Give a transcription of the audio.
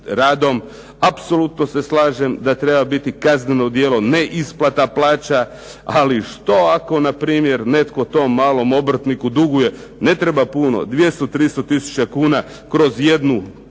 Apsolutno se slažem da treba biti kazneno djelo, ne isplata plaća, ali što ako npr. netko tom malom obrtniku duguje, ne treba puno, 200, 300 tisuća kuna kroz jednu